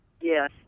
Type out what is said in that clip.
Yes